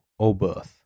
Oberth